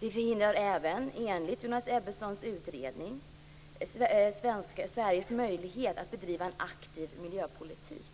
Det förhindrar även, enligt Jonas Ebbessons utredning, Sveriges möjlighet att bedriva en aktiv miljöpolitik.